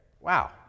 wow